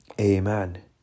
Amen